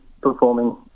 performing